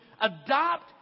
adopt